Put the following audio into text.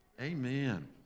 amen